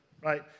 right